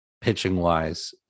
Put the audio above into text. pitching-wise